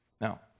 Now